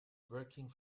working